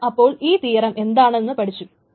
നമ്മൾ ഇപ്പോൾ ഈ തീയറം എന്താണെന്ന് പഠിച്ചു